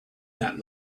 that